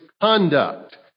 conduct